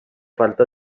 falta